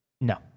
No